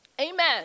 Amen